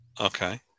Okay